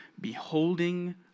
beholding